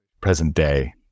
present-day